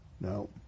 No